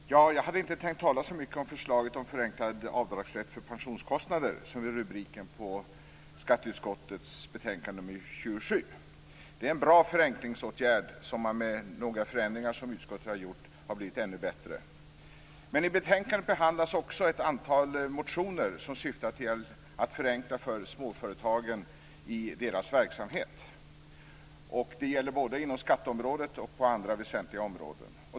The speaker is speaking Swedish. Herr talman! Jag hade inte tänkt tala så mycket om förslaget om förenklad avdragsrätt för pensionskostnader som ju är rubriken på skatteutskottets betänkande 27. Det är en bra förenklingsåtgärd som med några förändringar som utskottet har gjort har blivit ännu bättre. I betänkandet behandlas också ett antal motioner som syftar till att förenkla för småföretagen i deras verksamhet. Det gäller både på skatteområdet och på andra väsentliga områden.